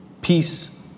Peace